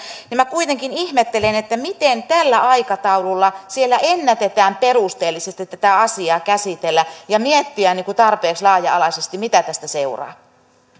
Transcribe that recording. niin minä kuitenkin ihmettelen miten tällä aikataululla siellä ennätetään perusteellisesti käsitellä tätä asiaa ja miettiä tarpeeksi laaja alaisesti mitä tästä seuraa